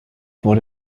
wurde